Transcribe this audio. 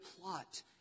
plot